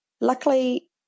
Luckily